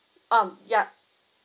um yup